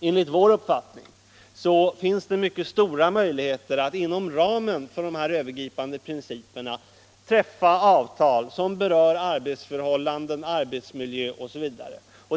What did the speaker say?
Enligt vår uppfattning finns det mycket stora möjligheter att inom ramen för de här övergripande principerna träffa avtal som berör arbetsförhållandena, arbetsmiljö osv.